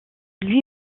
lui